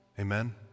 Amen